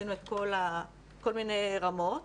עשינו בכל מיני רמות